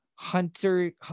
hunter